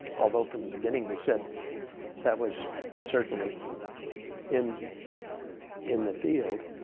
although from the beginning we said that was certainly in in the field.